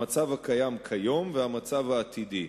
המצב הקיים כיום והמצב העתידי.